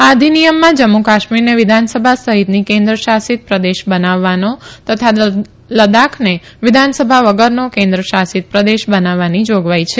આ અધિનિયમમાં જમ્મુ કાશ્મીરને વિધાનસભા સહિતની કેન્દ્ર શાસિત પ્રદેશ બનાવવાની તથા લદાખને વિધાનસભા વગરનો કેન્દ્ર શાસિત પ્રદેશ બનાવવાની જાગવાઈ છે